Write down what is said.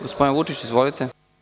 Gospodine Vučiću izvolite.